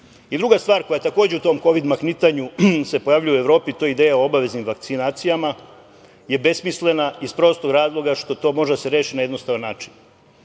mafije. Druga stvar koja takođe u tom „kovid mahnitanju“ se pojavljuje u Evropi, to je ideja o obaveznim vakcinacijama. Besmislena je iz prostog razloga što to može da se reši na jednostavan način.